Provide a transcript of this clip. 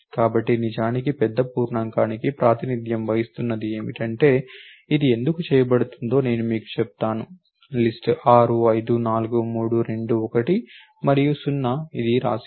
కాబట్టి నిజానికి పెద్ద పూర్ణాంకానికి ప్రాతినిధ్యం వహిస్తున్నది ఏమిటంటే ఇది ఎందుకు చేయబడుతుందో నేను మీకు చెప్తాను లిస్ట్ 6 5 4 3 2 1 మరియు 0 ఇది వ్రాయబడినవి